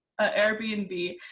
Airbnb